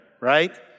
right